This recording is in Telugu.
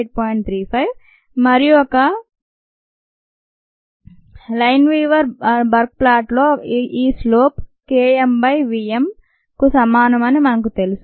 35 మరియు ఒక లైన్వీవర్ బర్క్ ప్లాట్ లో ఈ slope K m by v m కు సమానం అని మనకు తెలుసు